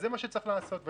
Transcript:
זה מה שצריך לעשות,